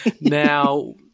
Now